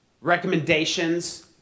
recommendations